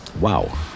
wow